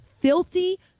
filthy